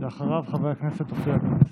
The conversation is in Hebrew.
אחריו, חבר הכנסת אופיר אקוניס.